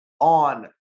on